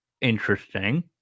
interesting